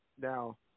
Now